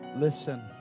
Listen